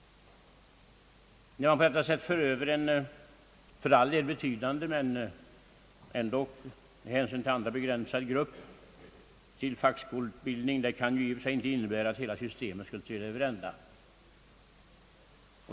Att man för över en för all del betydande men ändå med hänsyn till andra begränsad grupp till fackskoleutbildning kan inte innebära att hela systemet skulle trilla över ända.